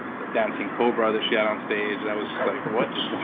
the dancing cobra that she had on stage, that was just like, what is